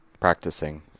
practicing